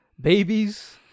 babies